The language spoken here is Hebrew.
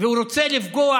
והוא רוצה לפגוע